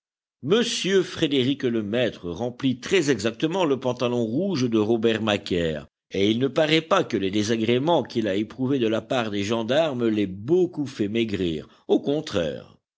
m frédérick-lemaître remplit très exactement le pantalon rouge de robert macaire et il ne paraît pas que les désagréments qu'il a éprouvés de la part des gendarmes l'aient beaucoup fait maigrir au contraire